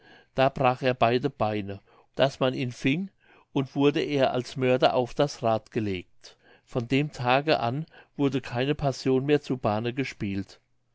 da brach er beide beine daß man ihn fing und wurde er als ein mörder auf das rad gelegt von dem tage an wurde keine passion mehr zu bahne gespielt